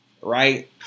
Right